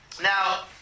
Now